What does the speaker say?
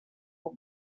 were